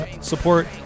support